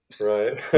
Right